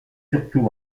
surtout